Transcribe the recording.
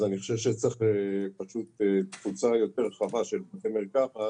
אני חושב שצריך תפוצה יותר רחבה של בתי מרקחת,